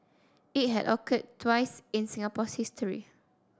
it had occurred twice in Singapore's history